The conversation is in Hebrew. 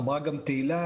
אמרה גם תהלה,